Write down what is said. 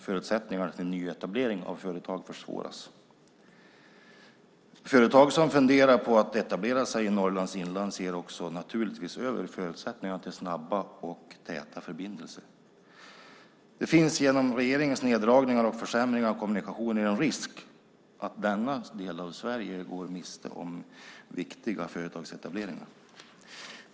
Förutsättningarna för nyetablering av företag försvåras också. De företag som funderar på att etablera sig i Norrlands inland ser naturligtvis över förutsättningarna för snabba och täta förbindelser. Det finns genom regeringens neddragningar och försämringar av kommunikationer en risk att denna del av Sverige går miste om viktiga företagsetableringar.